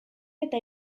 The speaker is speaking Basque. eta